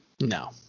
No